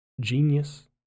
genius